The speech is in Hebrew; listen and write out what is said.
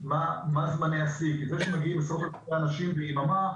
מה זמני השיא כי זה שמגיעים עשרות אנשים ביממה,